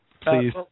Please